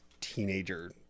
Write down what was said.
teenager